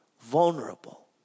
vulnerable